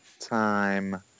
time